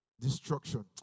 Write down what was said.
destruction